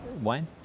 Wayne